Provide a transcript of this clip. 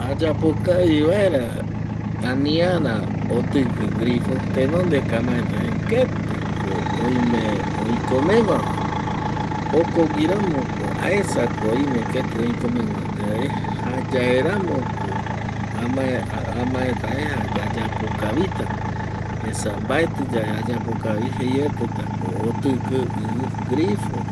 Ayapo kavi vaera, aniara otɨkɨ grifo tenonde ko amaeta je ketɨ ko oime oikomegua va jokogui ramo ko aesa ko oime ketɨ oikomegua yae jayae ramo ko amae, amaeta je ayapokavita esa mbaetɨ yae ayapokavi jeiete ta ko otɨkɨ ɨ grifo rupi